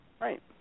Right